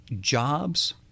jobs